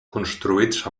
construïts